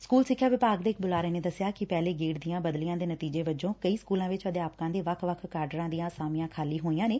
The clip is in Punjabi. ਸਕਲ ਸਿੱਖਿਆ ਵਿਭਾਗ ਦੇ ਇੱਕ ਬੁਲਾਰੇ ਨੇ ਦੱਸਿਆ ਕਿ ਪਹਿਲੇ ਗੇੜ ਦੀਆਂ ਬਦਲੀਆਂ ਦੇ ਨਤੀਜੇ ਵਜੋ ਕਈ ਸਕਲਾਂ ਵਿੱਚ ਅਧਿਆਪਕਾਂ ਦੇ ਵੱਖ ਵੱਖ ਕਾਡਰਾਂ ਦੀਆਂ ਅਸਾਮੀਆਂ ਖਾਲੀ ਹੋਈਆਂ ਨੇ